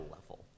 level